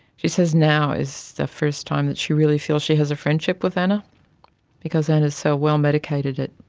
she says now is the first time that she really feels she has a friendship with anna because anna is so well medicated at,